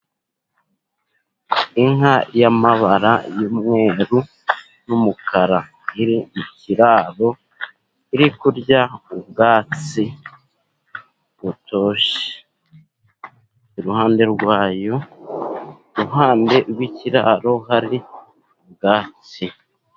Inka y'amabara y'umweru n'umukara. Iri mu kiraro iri kurya ubwatsi butoshye, iruhande rwayo, iruhande rw'ikiraro hari ubwatsi.